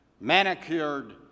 manicured